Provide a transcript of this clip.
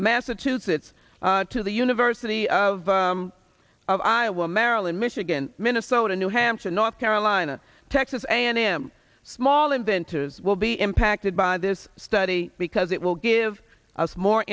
massachusetts to the university of iowa maryland michigan minnesota new hampshire north carolina texas a and m small inventors will be impacted by this study because it will give us more